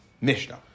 Mishnah